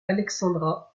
alexandra